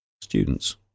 students